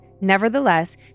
Nevertheless